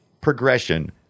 progression